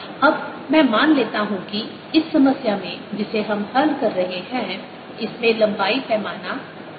अब मैं मान लेता हूँ कि इस समस्या में जिसे हम हल कर रहे हैं इस में लंबाई पैमाना l है